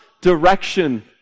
direction